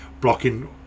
blocking